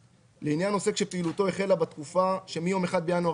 (1)לעניין עוסק שפעילותו החלה לפני יום כ"ד בטבת התשע"ט (1 בינואר